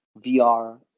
VR